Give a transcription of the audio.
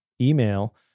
email